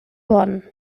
bonn